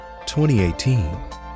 2018